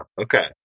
Okay